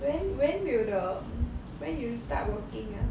when when will the when do you start working ah